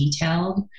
detailed